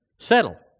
settle